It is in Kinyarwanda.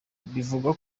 bivugwa